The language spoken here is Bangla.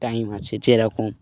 টাইম আছে যেরকম